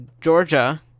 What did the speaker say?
Georgia